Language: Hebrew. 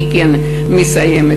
אני מסיימת.